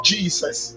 Jesus